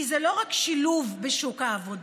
כי זה לא רק שילוב בשוק העבודה,